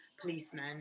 policemen